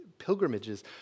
pilgrimages